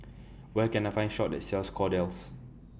Where Can I Find A Shop that sells Kordel's